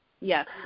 Yes